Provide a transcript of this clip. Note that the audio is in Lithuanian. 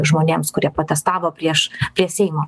žmonėms kurie protestavo prieš prie seimo